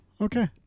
Okay